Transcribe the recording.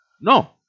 No